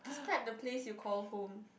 describe the place you call home